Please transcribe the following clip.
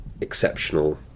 exceptional